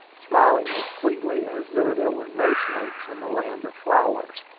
smiling as sweetly as though there were no snakes in the land of flowers.